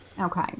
Okay